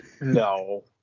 No